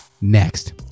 Next